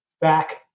back